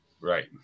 Right